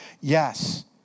Yes